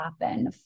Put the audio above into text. happen